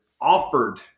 offered